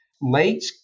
late